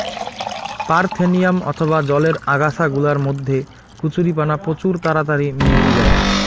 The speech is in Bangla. পারথেনিয়াম অথবা জলের আগাছা গুলার মধ্যে কচুরিপানা প্রচুর তাড়াতাড়ি মেলি জায়